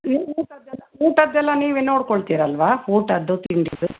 ನೀವು ಊಟದ ಎಲ್ಲ ಊಟದ ಎಲ್ಲ ನೀವೇ ನೋಡ್ಕೊಳ್ತಿರಲ್ಲವಾ ಊಟದ್ದು ತಿಂಡಿದು